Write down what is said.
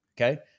okay